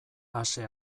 ase